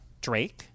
drake